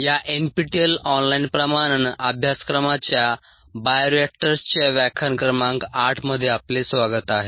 या NPTEL online प्रमाणन अभ्यासक्रमाच्या बायोरिएक्टर्सच्या व्याख्यान क्रमांक 8 मध्ये आपले स्वागत आहे